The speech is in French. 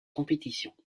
compétition